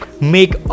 make